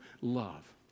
love